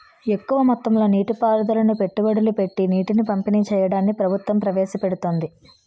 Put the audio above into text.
ఎక్కువ మొత్తంలో నీటి పారుదలను పెట్టుబడులు పెట్టీ నీటిని పంపిణీ చెయ్యడాన్ని ప్రభుత్వం ప్రవేశపెడుతోంది